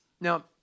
Now